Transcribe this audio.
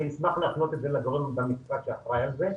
אני אשמח להפנות את זה לגורם שאחראי על זה במשרד.